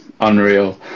unreal